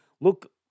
look